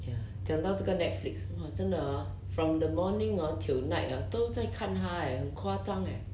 ya 讲到这个 netflix !wah! 真的 ah from the morning hor till night ah 都在看它 eh 很夸张 leh